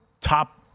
top